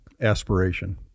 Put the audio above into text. aspiration